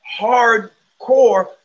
hardcore